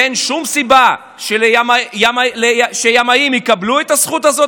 ואין שום סיבה שימאים יקבלו את הזכות הזאת